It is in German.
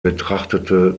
betrachtete